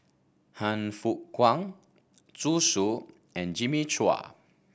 Han Fook Kwang Zhu Xu and Jimmy Chua